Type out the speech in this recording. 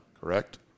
correct